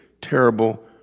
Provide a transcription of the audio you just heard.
terrible